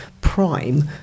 prime